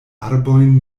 arbojn